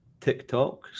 TikTok